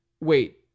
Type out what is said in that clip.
wait